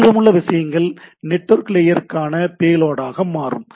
மீதமுள்ள விஷயங்கள் நெட்வொர்க் லேயருக்கான பேலோடாக மாறும்